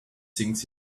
things